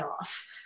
off